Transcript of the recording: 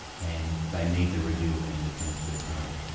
and they need the review of an independent third party.